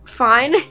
fine